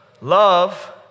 Love